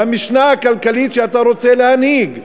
במשנה הכלכלית שאתה רוצה להנהיג.